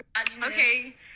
Okay